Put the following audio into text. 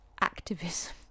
activism